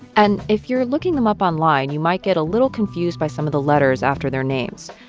and if you're looking them up online, you might get a little confused by some of the letters after their names,